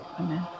Amen